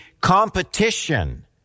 competition